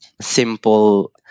simple